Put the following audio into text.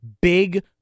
Big